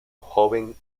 joven